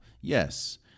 yes